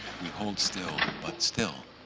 we hold still, but still.